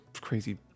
crazy